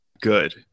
good